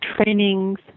trainings